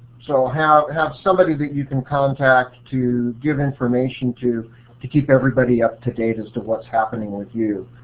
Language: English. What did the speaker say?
so have have somebody that you can contact to give information to to keep everybody up to date as to what's happening with you.